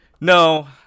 No